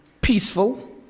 peaceful